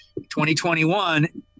2021